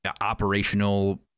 operational